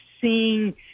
seeing